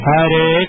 Hare